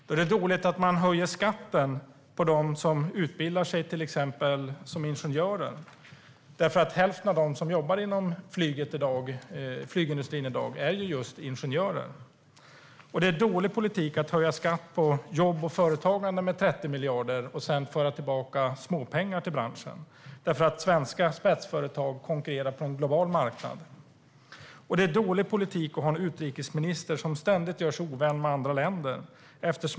Det är dåligt att man höjer skatten på dem som till exempel utbildar sig till ingenjörer. Hälften av dem som jobbar inom flygindustrin i dag är just ingenjörer. Det är dålig politik att höja skatt på jobb och företagande med 30 miljarder och sedan föra tillbaka småpengar till branschen, eftersom svenska spetsföretag konkurrerar på en global marknad. Det är dålig politik att ha en utrikesminister som ständigt gör sig ovän med andra länder.